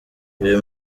uyu